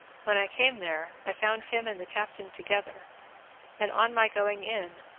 when i came there i found him and the captain together and, on my going in,